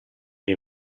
dei